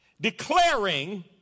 declaring